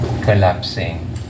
collapsing